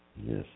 Yes